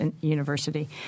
university